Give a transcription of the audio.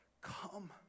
come